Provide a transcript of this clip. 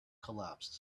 collapsed